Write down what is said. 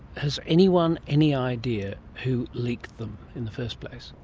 has anyone any idea who leaked them in the first place?